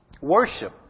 worship